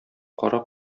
кара